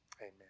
amen